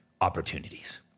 opportunities